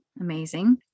Amazing